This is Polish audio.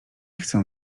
chcę